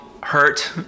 hurt